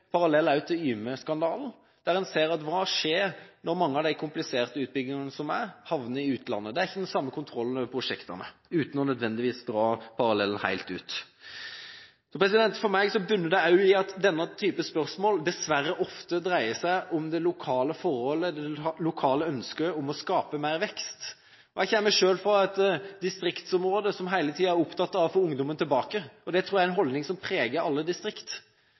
til Yme-skandalen, der en ser hva som skjer når mange av de kompliserte utbyggingene havner i utlandet. Det er ikke samme kontrollen over prosjektene – uten nødvendigvis å dra parallellen helt ut. For meg dreier ofte slike spørsmål seg dessverre om lokale forhold og lokale ønsker om å skape mer vekst. Jeg kommer selv fra et distriktsområde som hele tiden er opptatt av å få ungdommen tilbake. Det tror jeg er en holdning som preger alle distrikt.